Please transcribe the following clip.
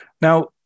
Now